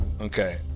Okay